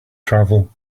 travel